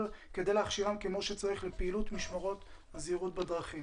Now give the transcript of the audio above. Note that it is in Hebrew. כדי להכשירם כמו שצריך לפעילות משמרות הזהירות בדרכים.